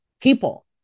people